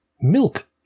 milk